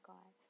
God